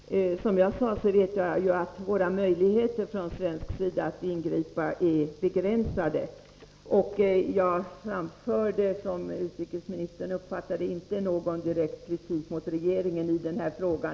Herr talman! Som jag sade förut vet jag att möjligheterna att från svensk sida ingripa är begränsade, och jag framförde, som utrikesministern förstod, inte någon direkt kritik mot regeringen i denna fråga.